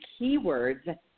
keywords